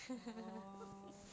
orh